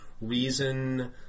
reason